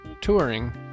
touring